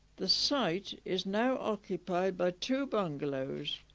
the site is now occupied by two bungalows.